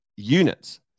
units